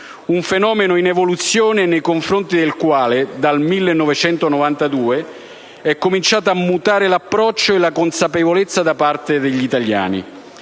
un fenomeno in evoluzione e nei confronti del quale dal 1992 sono cominciati a mutare l'approccio e la consapevolezza da parte degli italiani.